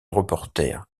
reporter